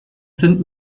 sind